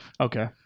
Okay